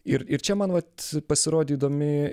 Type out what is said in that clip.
ir ir čia man vat pasirodė įdomi